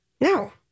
No